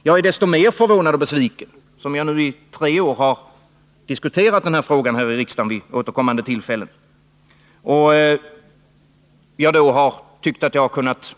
Jag är desto mer förvånad och besviken som jag i tre års tid vid skilda tillfällen har diskuterat frågan här i riksdagen.